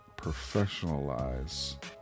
professionalize